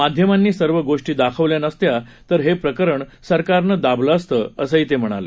माध्यमांनी सर्व गोष्टी दाखवल्या नसत्या तर हे प्रकरण सरकारनं दाबलं असतं असं ते म्हणाले